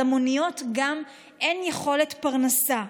גם למוניות אין יכולת פרנסה.